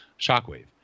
Shockwave